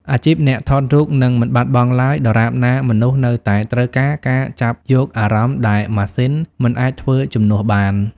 អាជីពអ្នកថតរូបនឹងមិនបាត់បង់ឡើយ ដរាបណាមនុស្សនៅតែត្រូវការការចាប់យកអារម្មណ៍ដែលម៉ាស៊ីនមិនអាចធ្វើជំនួសបាន។